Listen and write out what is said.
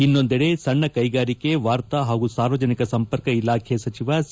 ಇನ್ನೊಂದೆಡೆ ಸಣ್ಣ ಕೈಗಾರಿಕೆ ವಾರ್ತಾ ಹಾಗೂ ಸಾರ್ವಜನಿಕ ಸಂಪರ್ಕ ಇಲಾಖೆ ಸಚಿವ ಸಿ